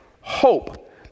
hope